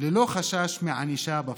ללא חשש מענישה בבחירות.